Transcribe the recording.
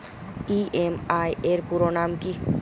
EMI এর পুরোনাম কী?